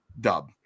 dub